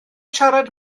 siarad